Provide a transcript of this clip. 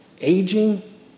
aging